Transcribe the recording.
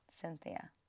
Cynthia